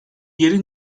yeri